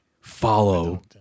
Follow